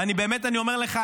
ואני באמת אומר לך,